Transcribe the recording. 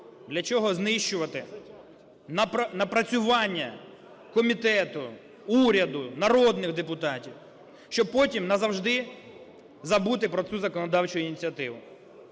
для чого знищувати напрацювання комітету, уряду, народних депутатів, щоб потім назавжди забути про цю законодавчу ініціативу?